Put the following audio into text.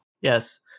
Yes